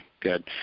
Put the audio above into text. good